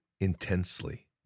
intensely